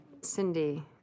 Cindy